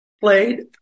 played